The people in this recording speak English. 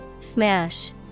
Smash